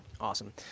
Awesome